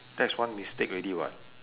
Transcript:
that's one mistake already what